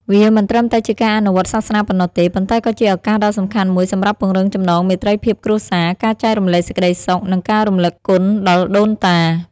វាមិនត្រឹមតែជាការអនុវត្តសាសនាប៉ុណ្ណោះទេ ប៉ុន្តែក៏ជាឱកាសដ៏សំខាន់មួយសម្រាប់ពង្រឹងចំណងមេត្រីភាពគ្រួសារ ការចែករំលែកសេចក្ដីសុខ និងការរំលឹកគុណដល់ដូនតា។